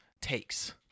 takes